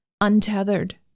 untethered